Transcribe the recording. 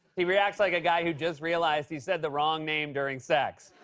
he reacts like a guy who just realized he said the wrong name during sex.